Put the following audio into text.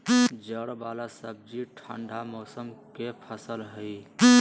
जड़ वाला सब्जि ठंडा मौसम के फसल हइ